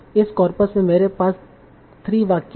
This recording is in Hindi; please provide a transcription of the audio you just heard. इस कॉर्पस में मेरे पास 3 वाक्य हैं